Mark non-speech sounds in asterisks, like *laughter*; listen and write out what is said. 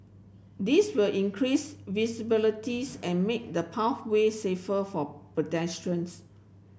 this will increase visibility *unintelligible* and make the pathway safer for pedestrians